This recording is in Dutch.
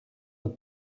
het